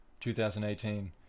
2018